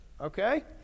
Okay